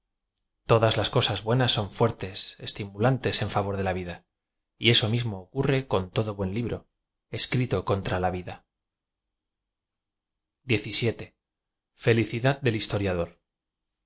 todas las cosas buenas son fuertes estimulantes en favor de la vida j eso mismo ocurre con todo buen libro escrito contra la vida felicidad del hisioriadoté